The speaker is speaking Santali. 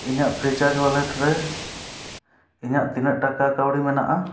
ᱤᱧᱟᱹᱜ ᱯᱷᱤᱨᱤ ᱪᱟᱨᱡᱽ ᱣᱟᱞᱮᱴ ᱨᱮ ᱤᱧᱟᱹᱜ ᱛᱤᱱᱟᱹᱜ ᱴᱟᱠᱟ ᱠᱟᱹᱣᱰᱤ ᱢᱮᱱᱟᱜᱼᱟ